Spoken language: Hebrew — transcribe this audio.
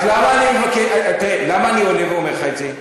אז למה אני עולה ואומר לך את זה?